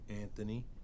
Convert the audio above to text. Anthony